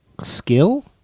skill